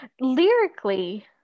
lyrically